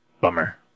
Bummer